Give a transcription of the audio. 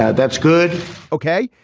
yeah that's good okay.